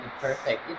perfect